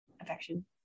affection